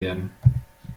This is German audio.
werden